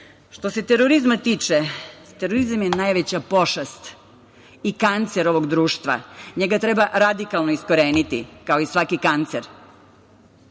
se terorizma tiče, terorizam je najveća pošast i kancer ovog društva. Njega treba radikalno iskoreniti, kao i svaki kancer.